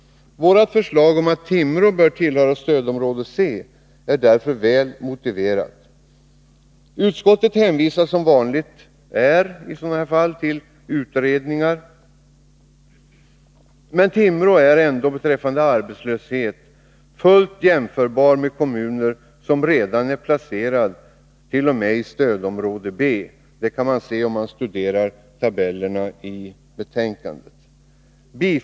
Vårt förslag att Timrå bör tillhöra stödområde C är därför väl motiverat. Utskottet hänvisar — som vanligt är i sådana här fall — till utredningar, men Timrå kommun är ändå beträffande arbetslöshet fullt jämförbar med kommuner som redan är placerade t.o.m. i stödområde B. Det kan man se om man studerar tabellerna i utskottsbetänkandet.